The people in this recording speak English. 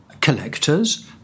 Collectors